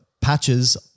patches